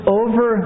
over